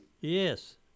Yes